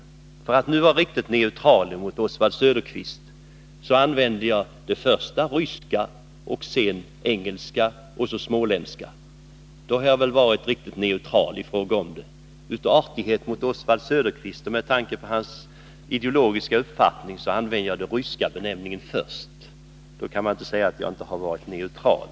För att nu vara riktigt neutral mot Oswald Söderqvist använde jag först ryska, sedan engelska och sist småländska. Av artighet mot honom och med tanke på hans ideologiska uppfattning började jag med den ryska benämningen; då kan man inte säga att jag inte har varit neutral.